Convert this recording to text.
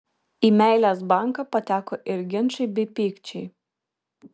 į meilės banką pateko ir ginčai bei pykčiai